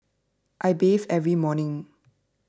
I bathe every morning